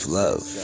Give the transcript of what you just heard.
love